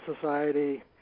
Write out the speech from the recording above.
Society